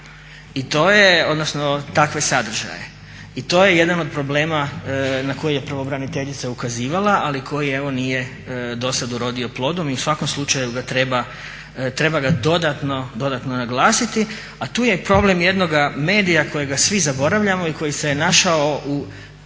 stranice, odnosno takve sadržaje. I to je jedan od problema na koji je pravobraniteljica ukazivala, ali koji evo nije dosad urodio plodom i u svakom slučaju ga treba dodatno naglasiti. A tu je problem jednoga medija kojega svi zaboravljamo i koji se našao u